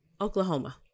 Oklahoma